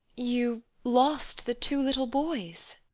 you lost the two little boys.